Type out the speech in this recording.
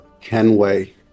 kenway